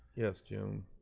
yes, june